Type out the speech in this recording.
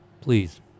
Please